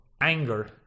anger